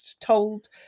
told